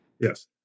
Yes